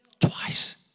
Twice